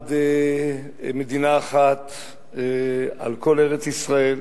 בעד מדינה אחת על כל ארץ-ישראל,